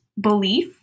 belief